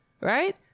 right